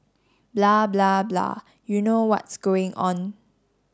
blah blah blah you know what's going on